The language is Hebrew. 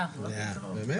לא, באמת?